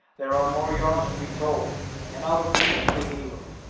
there are more yarns to be told, and other wounds to be healed,